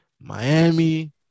Miami